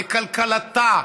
לכלכלתה,